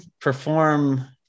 perform